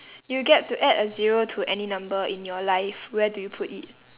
you get to add a zero to any number in your life where do you put it